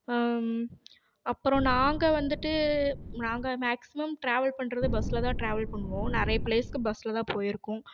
அப்பறம் நாங்கள் வந்துட்டு நாங்கள் மேக்சிமம் டிராவல் பண்ணுறது பஸ்ஸில் தான் டிராவல் பண்ணுவோம் னுறைய பிலேஸ்க்கு பஸ்ஸில் தான் போயிருக்கோம்